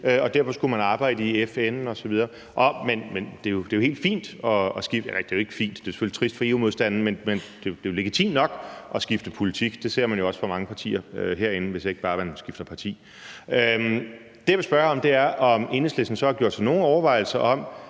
man derfor skulle arbejde i FN osv., og det er jo helt fint at skifte politik. Eller det er selvfølgelig trist for EU-modstanden, men det er jo legitimt nok at skifte politik, og det ser man jo også hos mange andre partier herinde, hvis ikke man bare skifter parti. Det, jeg vil spørge om, er, om Enhedslisten så har gjort sig nogen overvejelser om,